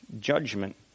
Judgment